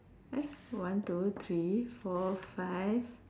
eh one two three four five